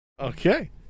Okay